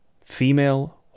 female